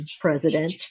president